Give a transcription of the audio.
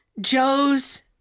Joe's